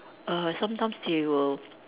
err sometimes they will